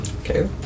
Okay